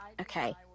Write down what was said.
okay